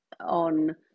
on